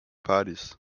parties